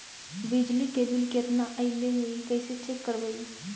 बिजली के बिल केतना ऐले हे इ कैसे चेक करबइ?